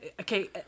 Okay